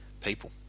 people